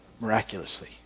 miraculously